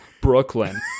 Brooklyn